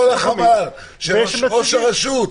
כל החמ"ל של ראש הרשות,